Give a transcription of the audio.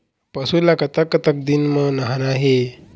पशु ला कतक कतक दिन म नहाना हे?